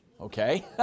Okay